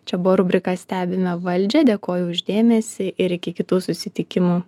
čia buvo rubrika stebime valdžią dėkoju už dėmesį ir iki kitų susitikimų